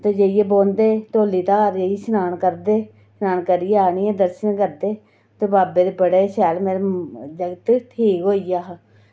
ते उत्थै जाइयै बौंह्दे ते धौलीधार जाइयै शनान करदे शनान करियै आह्नियै दर्शन करदे ते बाबे दे बड़ा शैल मेरा जागत ठीक होई गेआ हा